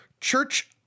Church